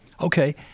Okay